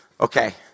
Okay